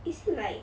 is it like